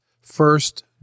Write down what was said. First